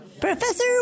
Professor